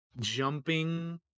jumping